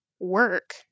work